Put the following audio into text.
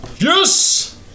Yes